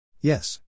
Yes